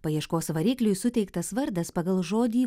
paieškos varikliui suteiktas vardas pagal žodį